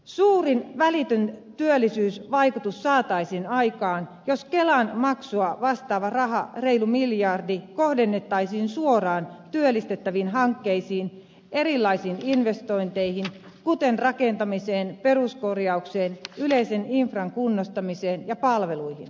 suurin välitön työllisyysvaikutus saataisiin aikaan jos kelamaksua vastaava raha reilu miljardi kohdennettaisiin suoraan työllistettäviin hankkeisiin erilaisiin investointeihin kuten rakentamiseen peruskorjaukseen yleisen infran kunnostamiseen ja palveluihin